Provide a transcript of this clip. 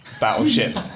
battleship